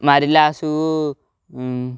ମାରିଲାସୁ